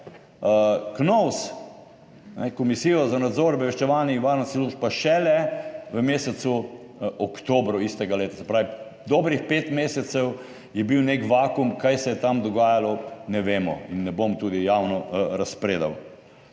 KNOVS, Komisijo za nadzor obveščevalnih in varnostnih služb, pa šele v mesecu oktobru istega leta. Se pravi, dobrih pet mesecev je bil nek vakuum. Kaj se je tam dogajalo, ne vemo in ne bom tudi javno razpredal.